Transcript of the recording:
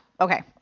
Okay